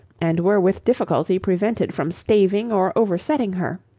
and were with difficulty prevented from staving or oversetting her